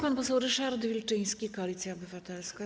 Pan poseł Ryszard Wilczyński, Koalicja Obywatelska.